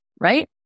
right